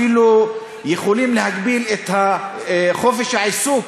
יכולים להגביל אפילו את חופש העיסוק,